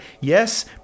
Yes